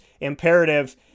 imperative